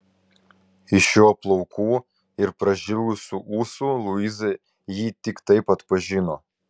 iš jo plaukų ir pražilusių ūsų luiza jį tik taip atpažino